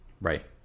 Right